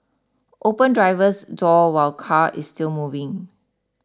open driver's door while car is still moving